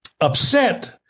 upset